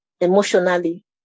emotionally